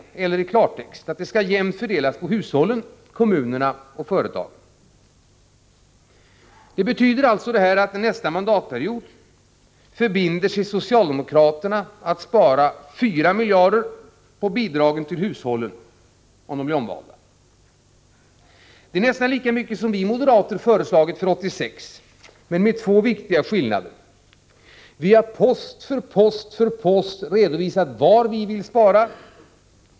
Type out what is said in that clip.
Det innebär i klartext att nedskärningarna skall fördelas jämnt på hushållen, kommunerna och företagen. Det betyder att socialdemokraterna nästa mandatperiod förbinder sig att spara 4 miljarder beträffande bidragen till hushållen — om socialdemokraterna blir omvalda. Det är nästan lika mycket som vi moderater föreslagit för 1986. Men det finns två viktiga skillnader. För det första har vi på post efter post redovisat var vi vill spara.